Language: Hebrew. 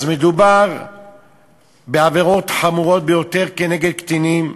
אז מדובר בעבירות חמורות ביותר נגד קטינים,